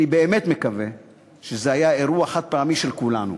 אני באמת מקווה שזה היה אירוע חד-פעמי של כולנו.